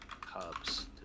Cubs